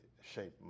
shape